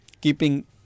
keeping